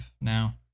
now